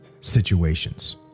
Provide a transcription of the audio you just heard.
situations